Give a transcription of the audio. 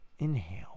Inhale